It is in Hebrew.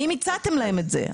האם הצעתם להן את זה?